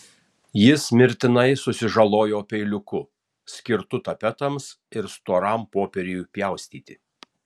jis mirtinai susižalojo peiliuku skirtu tapetams ir storam popieriui pjaustyti